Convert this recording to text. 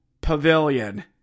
Pavilion